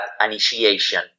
initiation